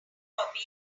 robbie